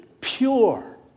pure